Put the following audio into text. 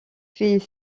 fait